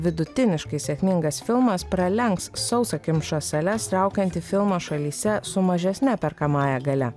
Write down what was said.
vidutiniškai sėkmingas filmas pralenks sausakimšas sales traukiantį filmą šalyse su mažesne perkamąja galia